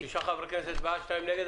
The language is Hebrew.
6 בעד, 2 נגד.